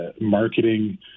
marketing